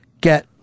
get